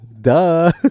Duh